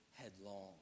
Headlong